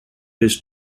his